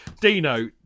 Dino